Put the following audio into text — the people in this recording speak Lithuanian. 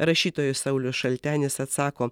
rašytojas saulius šaltenis atsako